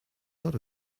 lot